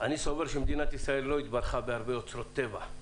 אני סבור שמדינת ישראל לא התברכה בהרבה אוצרות טבע,